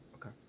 Okay